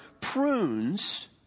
prunes